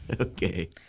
Okay